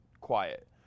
quiet